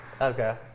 Okay